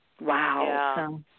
Wow